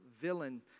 villain